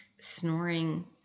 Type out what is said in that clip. snoring